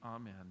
Amen